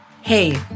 Hey